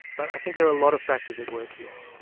but i think there are a lot of factors at work here.